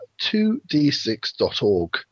2d6.org